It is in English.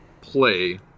play